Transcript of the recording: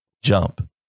Jump